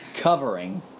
Covering